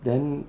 then